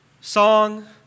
Song